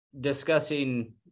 discussing